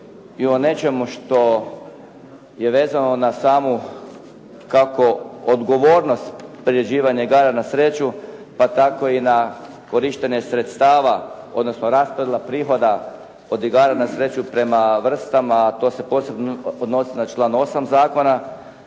i o nečemu što je vezano na samu kako odgovornost priređivanja igara na sreću, pa tako i na korištenje sredstava odnosno raspodjela prihoda od igara na sreću prema vrstama. To se posebno odnosi na članak 8. zakona